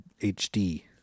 HD